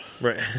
Right